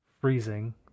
freezing